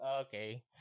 Okay